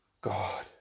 God